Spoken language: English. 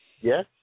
Yes